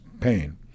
pain